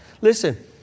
Listen